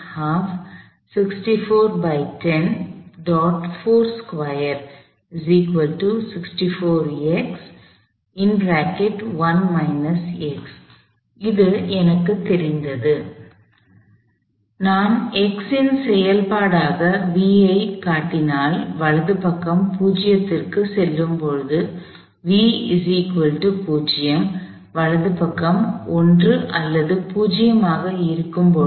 எனவே எனக்கு தெரிந்தது என்னவென்றால் எனவே நான் x ன் செயல்பாடாக v ஐக் காட்டினால் வலது பக்கம் 0 க்கு செல்லும் போது வலது பக்கம் 1 அல்லது 0 ஆக இருக்கும் போது